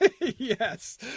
yes